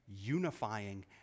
unifying